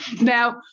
Now